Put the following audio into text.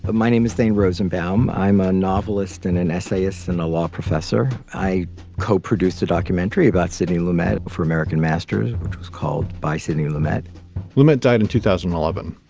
ah my name is thane rosenbaum. i'm a novelist and an essayist and a law professor. i co-produced a documentary about sidney lumet for american masters, which was called by sidney lumet lumet died in two thousand and eleven.